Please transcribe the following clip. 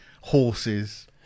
Horses